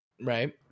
Right